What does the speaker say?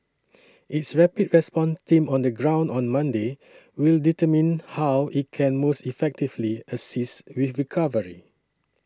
its rapid response team on the ground on Monday will determine how it can most effectively assist with recovery